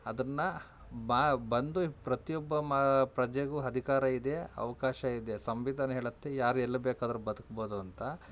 ಅದನ್ನು ಬಂದು ಪ್ರತಿಯೊಬ್ಬ ಮ ಪ್ರಜೆಗೂ ಅಧೀಕಾರ ಇದೆ ಅವಕಾಶ ಇದೆ ಸಂವಿಧಾನ ಹೇಳುತ್ತೆ ಯಾರು ಎಲ್ಲಿ ಬೇಕಾದರೂ ಬದುಕ್ಬೋದು ಅಂತ